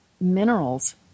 minerals